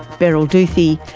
beryl duthey,